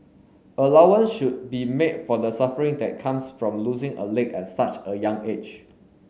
allowance should be made for the suffering that comes from losing a leg at such a young age